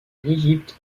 l’égypte